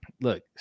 look